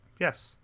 yes